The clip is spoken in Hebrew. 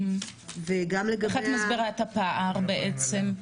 איך את מסבירה את הפער בעצם?